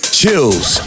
chills